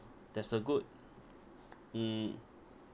that's a good mm